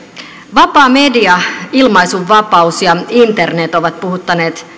vapaa media ilmaisunvapaus ja internet ovat puhuttaneet